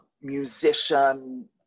musician